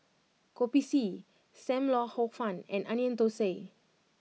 Kopi C Sam Lau Hor Fun and Onion Thosai